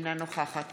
אינה נוכחת